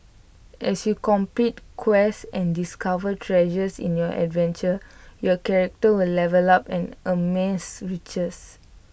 as you complete quests and discover treasures in your adventure your character will level up and amass riches